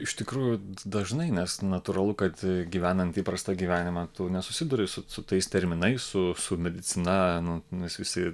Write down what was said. iš tikrųjų dažnai nes natūralu kad gyvenant įprastą gyvenimą tu nesusiduri su su tais terminais su su medicina nu nes visi